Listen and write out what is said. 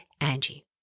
Angie